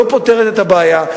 ולא פותרת את הבעיה.